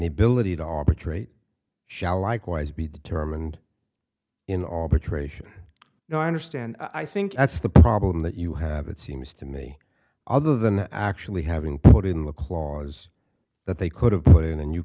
the ability to arbitrate shall likewise be determined in all patrician no i understand i think that's the problem that you have it seems to me other than actually having put in the clause that they could have put it in and you